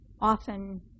often